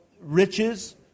riches